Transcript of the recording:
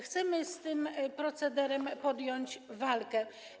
Chcemy z tym procederem podjąć walkę.